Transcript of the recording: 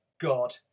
God